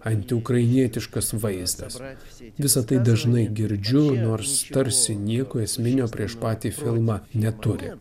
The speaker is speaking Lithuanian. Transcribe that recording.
antiukrainietiškas vaizdas visa tai dažnai girdžiu nors tarsi nieko esminio prieš patį filmą neturi